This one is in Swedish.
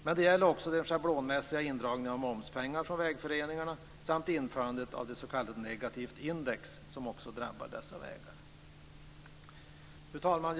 Men det gäller också den schablonmässiga indragningen av momspengar från vägföreningarna samt införandet av s.k. negativt index, som också drabbat dessa vägar. Fru talman!